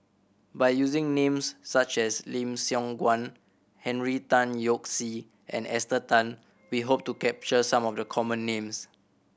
by using names such as Lim Siong Guan Henry Tan Yoke See and Esther Tan we hope to capture some of the common names